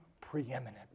preeminent